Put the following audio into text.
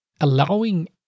allowing